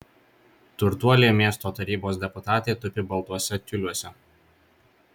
turtuolė miesto tarybos deputatė tupi baltuose tiuliuose